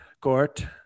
court